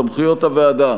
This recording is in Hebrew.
סמכויות הוועדה: